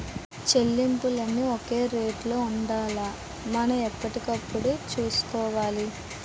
చెల్లింపులన్నీ ఒక రేటులో ఉండేలా మనం ఎప్పటికప్పుడు చూసుకోవాలి